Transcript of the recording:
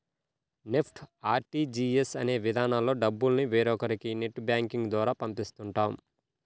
NEFT, RTGS అనే విధానాల్లో డబ్బుల్ని వేరొకరికి నెట్ బ్యాంకింగ్ ద్వారా పంపిస్తుంటాం